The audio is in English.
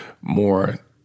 more